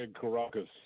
Caracas